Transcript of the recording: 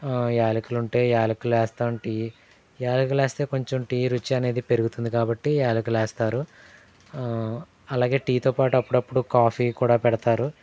యాలకలుంటే యాలుకలేస్తాం టీ యాలకలు వేస్తే కొంచెం టీ రుచి అనేది పెరుగుతుంది కాబట్టి యాలకలు వేస్తారు అలాగే టీతో పాటు అప్పుడపుడు కాఫీ కూడా పెడతారు